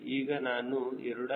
ಈಗ ನಾನು a